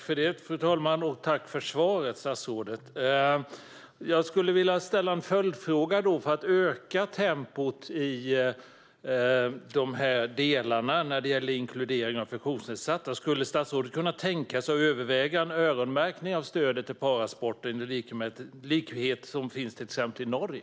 Fru talman! Jag tackar statsrådet för svaret. Jag skulle vilja ställa en följdfråga. Skulle statsrådet kunna tänka sig, för att öka tempot i dessa delar när det gäller inkludering av funktionsnedsatta, att överväga en öronmärkning av stödet till parasporten på liknande sätt som man har i till exempel Norge?